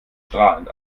strahlend